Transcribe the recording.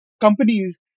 companies